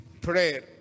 prayer